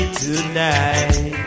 tonight